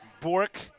Bork